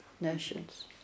nations